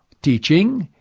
teaching,